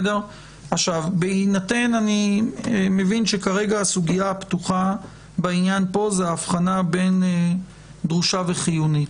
אני מבין שהסוגיה הפתוחה היא ההבחנה בין דרושה וחיונית.